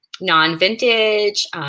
non-vintage